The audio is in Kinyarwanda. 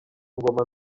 ngoma